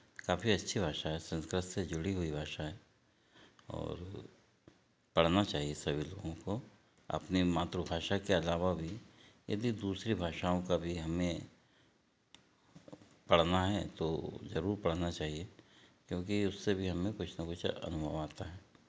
काफ़ी अच्छी भाषा है संस्कृत से जुड़ी हुई भाषा है और पढ़ना चाहिए सभी लोगों को अपनी मातृभाषा के अलावा भी यदि दूसरी भाषाओं का भी हमें पढ़ना है तो ज़रूर पढ़ना चाहिए क्योंकि उससे भी हमें कुछ न कुछ अनुभव आता है